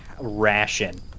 ration